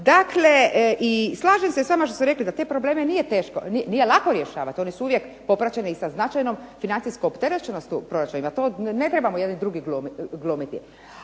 Dakle, slažem se s vama da te problem nije lako rješavati, oni su uvijek popraćeni i sa značajnom financijskom opterećenosti u proračunu. To ne trebamo jedni drugi glumiti.